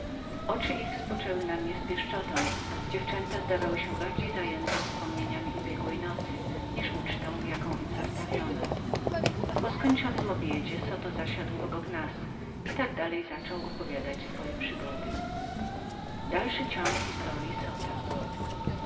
oczy ich błyszczały szczęściem dziewczęta zdawały się bardziej być zajętemi wspomnieniami ubiegłej nocy niż ucztą jaką im zastawiono po skończonym obiedzie zoto zasiadł obok nas i iak dalej zaczął opowiadać swoje przygody